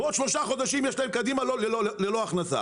ועוד שלושה חודשים יש להם קדימה ללא הכנסה,